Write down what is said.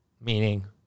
Meaning